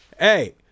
Hey